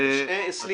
אדוני, אתה מוכן?